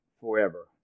forever